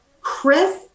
Chris